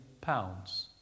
pounds